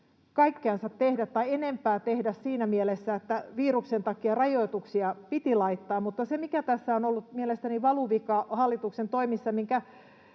ei olisi voinut enempää tehdä siinä mielessä, että viruksen takia rajoituksia piti laittaa, mutta se, mikä on ollut mielestäni valuvika hallituksen toimissa